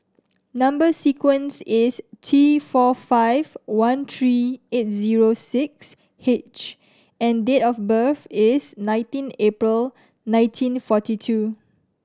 number sequence is T four five one three eight zero six H and date of birth is nineteen April nineteen forty two